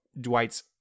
Dwight's